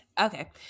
Okay